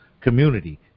community